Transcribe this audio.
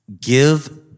give